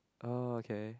oh okay